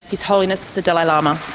his holiness the dalai lama.